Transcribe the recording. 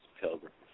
pilgrims